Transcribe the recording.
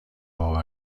باور